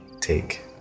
take